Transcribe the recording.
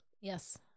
Yes